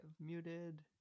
muted